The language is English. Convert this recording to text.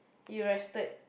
you rested